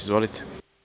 Izvolite.